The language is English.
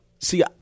see